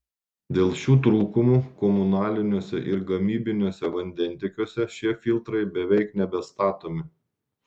dėl šių trūkumų komunaliniuose ir gamybiniuose vandentiekiuose šie filtrai beveik nebestatomi